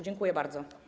Dziękuję bardzo.